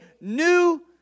new